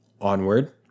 Onward